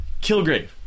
Kilgrave